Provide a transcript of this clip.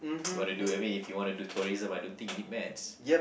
want to do I mean if you want to do tourism I don't think you need Maths